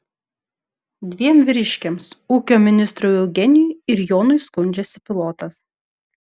dviem vyriškiams ūkio ministrui eugenijui ir jonui skundžiasi pilotas